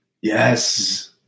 Yes